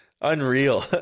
unreal